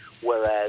whereas